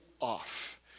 off